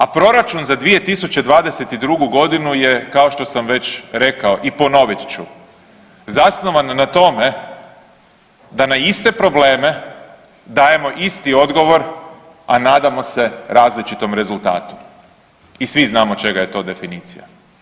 A proračun za 2022. godinu je kao što sam već rekao i ponovit ću, zasnovan na tome da na iste probleme dajemo isti odgovor, a nadamo se različitom rezultatu i svi znamo čega je to definicija.